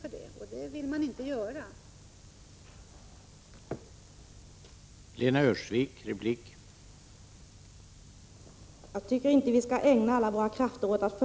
Men det vill inte socialdemokraterna göra.